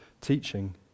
teaching